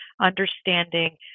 understanding